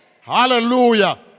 Hallelujah